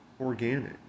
organic